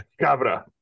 Cabra